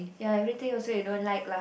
ya everything also you don't like lah